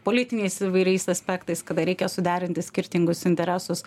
politiniais įvairiais aspektais kada reikia suderinti skirtingus interesus